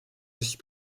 durch